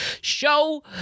show